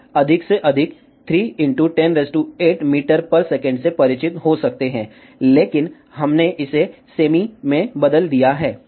आप अधिक से अधिक 3 108 m s से परिचित हो सकते हैं लेकिन हमने इसे सेमी में बदल दिया है